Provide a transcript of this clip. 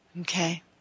Okay